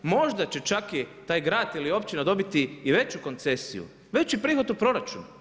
Možda će čak i taj grad ili općina dobiti i veću koncesiju, veći prihod u proračunu.